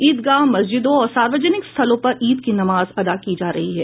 ईदगाह मस्जिदों और सार्वजनिक स्थलों पर ईद की नमाज अदा की जा रही है